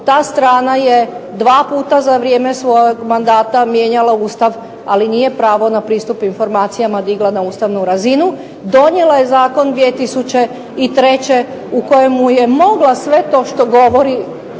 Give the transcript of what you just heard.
ta strana je dva puta za vrijeme svog mandata mijenjala Ustav ali nije pravo na pristup informacijama digla na ustavnu razinu. Donijela je Zakon 2003. u kojemu je mogla sve to što govori